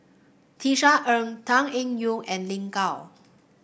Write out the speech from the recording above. Tisa Ng Tan Eng Yoon and Lin Gao